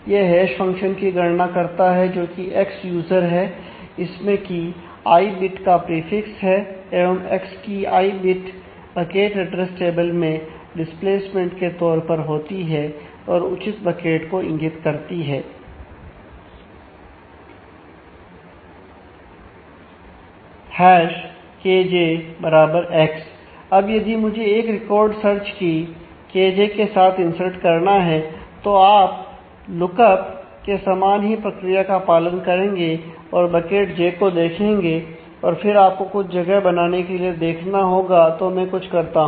यह hash function की गणना करता है जोकि एक्स X अब यदि मुझे एक रिकॉर्ड सर्च की Kj के साथ इंसर्ट के समान ही प्रक्रिया का पालन करेंगे और बकेट j को देखेंगे और फिर आपको कुछ जगह बनाने के लिए देखना होगा तो मैं कुछ करता हूं